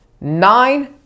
nine